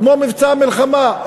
כמו מבצע מלחמה,